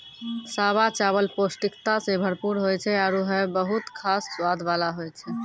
सावा चावल पौष्टिकता सें भरपूर होय छै आरु हय बहुत खास स्वाद वाला होय छै